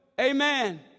Amen